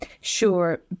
Sure